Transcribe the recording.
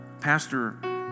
Pastor